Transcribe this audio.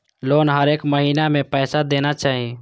Loan हरेक महीना में पैसा देना चाहि?